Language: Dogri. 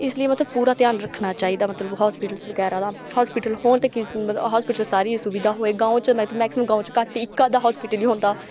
इसलेई मतलब पूरा ध्यान रक्खना चाहिदा मतलब हास्पिटल बगैरा दा हास्पिटल होन ते हास्पिटल सारे सुविधा होऐ गांव च ते में मौक्सीमम गांव च घट्ट ही इक अद्धा हास्पिटल ही होंदा